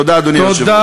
תודה, אדוני היושב-ראש.